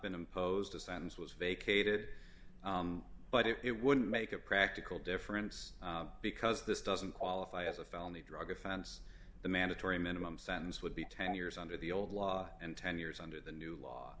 been imposed a sentence was vacated but it wouldn't make a practical difference because this doesn't qualify as a felony drug offense the mandatory minimum sentence would be ten years under the old law and ten years under the new law